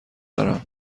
دارم